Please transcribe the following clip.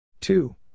two